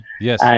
Yes